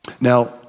Now